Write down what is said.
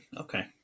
Okay